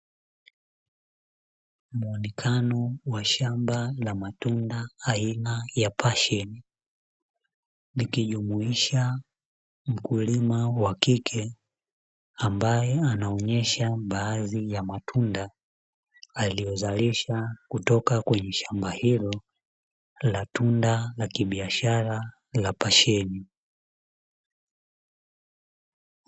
Muonekano wa shamba la matunda aina ya pashen likijumuisha mkulima wa kike, ambaye anaonyesha baadhi ya matunda aliozalisha kutoka kwenye shamba hilo la tunda la kibiashara la pasheni.